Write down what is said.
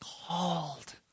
called